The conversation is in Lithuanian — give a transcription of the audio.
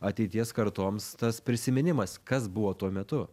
ateities kartoms tas prisiminimas kas buvo tuo metu